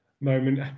moment